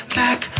back